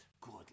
Good